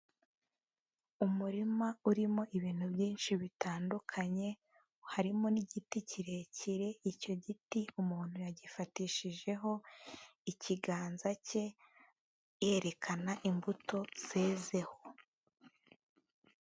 Umurima urimo ibintu byinshi bitandukanye harimo n'igiti kirekire, icyo giti umuntu yagifatishijeho ikiganza cye yerekana imbuto zezeho.